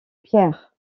pierre